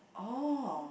oh